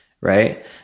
right